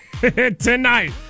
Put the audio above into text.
tonight